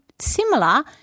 similar